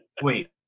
Wait